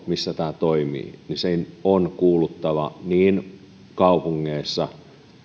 missä tämä toimii on kuuluttava niin kaupungeissa